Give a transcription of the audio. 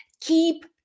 keep